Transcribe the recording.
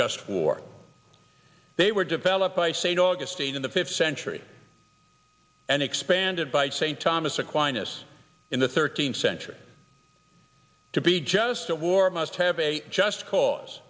just war they were developed by st augustine in the fifth century and expanded by st thomas aquinas in the thirteenth century to be just a war must have a just cause